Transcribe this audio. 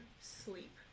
sleep